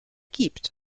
gibt